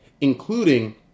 Including